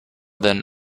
then